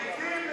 לעתים,